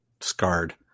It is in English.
scarred